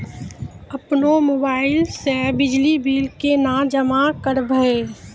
अपनो मोबाइल से बिजली बिल केना जमा करभै?